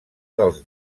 dels